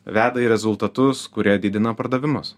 veda į rezultatus kurie didina pardavimus